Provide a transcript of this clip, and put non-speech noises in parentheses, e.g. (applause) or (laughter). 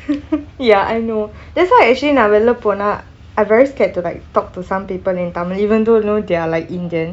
(noise) ya I know that's why actually நான் வெளியே போனால்:naan veliyei ponaal I very scared to like talk to some people in tamil even though you know they are like indian